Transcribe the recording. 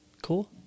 Cool